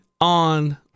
on